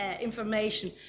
information